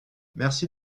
merci